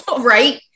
right